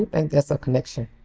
and there's a connection.